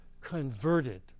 converted